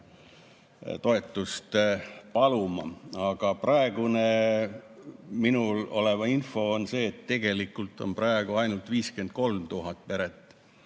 toetust paluma, aga minul olev info on see, et tegelikult on praegu ainult 53 000 peret